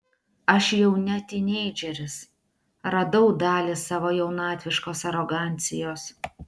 aš jau ne tyneidžeris radau dalį savo jaunatviškos arogancijos